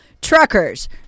truckers